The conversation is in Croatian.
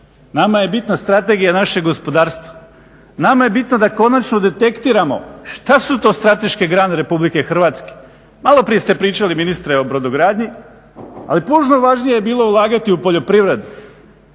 nama je bitna strategija našeg gospodarstva, nama je bitno da konačno detektiramo šta su to strateške grane Republike Hrvatske. Malo prije ste pričali ministre o brodogradnji, ali puno važnije je bilo ulagati u poljoprivredu,